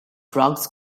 drugs